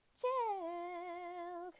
chill